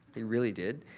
they really did.